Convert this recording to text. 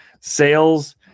Sales